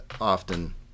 often